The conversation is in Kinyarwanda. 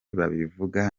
babivuga